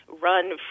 run